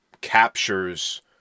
captures